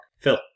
Phil